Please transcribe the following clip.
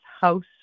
house